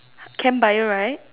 Chem Bio right